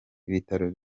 ibitaro